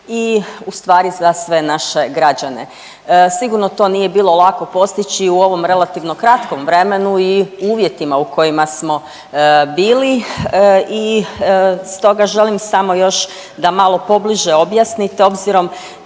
i u stvari za sve naše građane. Sigurno to nije bilo lako postići u ovom relativno kratkom vremenu i uvjetima u kojima smo bili i stoga želim samo još da malo pobliže objasnite obzirom